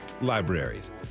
libraries